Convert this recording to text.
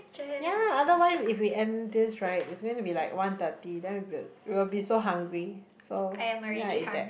ya otherwise if we end this right it's gonna be like one thirty then will it will be so hungry so ya it that